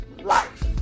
life